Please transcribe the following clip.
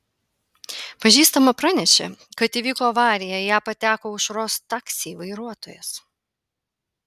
pažįstama pranešė kad įvyko avarija į ją pateko aušros taksiai vairuotojas